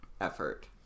effort